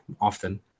often